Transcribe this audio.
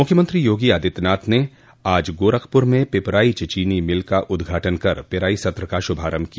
मुख्यमंत्री योगी आदित्यनाथ ने आज गोरखपुर में पिपराइच चीनी मिल का उद्घाटन कर पेराई सत्र का शुभारंभ किया